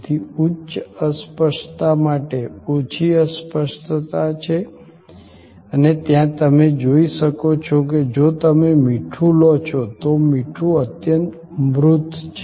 તેથી ઉચ્ચ અસ્પષ્ટતા માટે ઓછી અસ્પષ્ટતા છે અને ત્યાં તમે જોઈ શકો છો કે જો તમે મીઠું લો છો તો મીઠું અત્યંત મૂર્ત છે